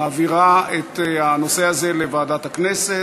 מעבירה את הנושא הזה לוועדת הכנסת.